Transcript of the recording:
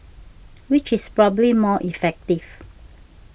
which is probably more effective